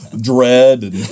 dread